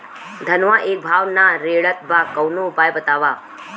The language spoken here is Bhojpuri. धनवा एक भाव ना रेड़त बा कवनो उपाय बतावा?